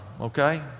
okay